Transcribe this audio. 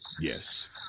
Yes